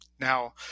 Now